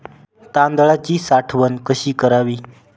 तांदळाची साठवण कशी करावी?